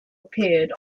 appeared